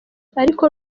ariko